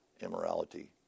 immorality